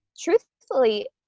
truthfully